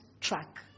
track